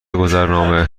گذرنامه